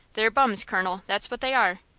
they're bums, colonel, that's what they are!